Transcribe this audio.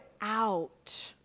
out